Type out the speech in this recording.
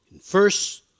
First